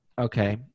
Okay